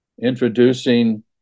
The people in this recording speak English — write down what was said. Introducing